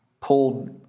pulled